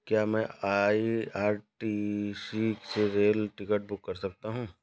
क्या मैं आई.आर.सी.टी.सी से रेल टिकट बुक कर सकता हूँ?